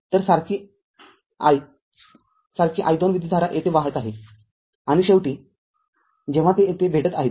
तरसारखी i सारखी i२ विद्युतधारा येथे वाहत आहे आणि शेवटीजेव्हा ते येथे भेटत आहेत